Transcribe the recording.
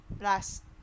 last